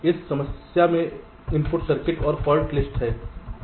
तो इस समस्या में इनपुट सर्किट नेटलिस्ट और फाल्ट लिस्ट है